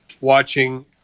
watching